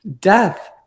death